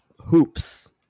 Hoops